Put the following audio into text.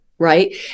right